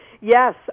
Yes